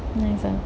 nice ah